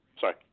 Sorry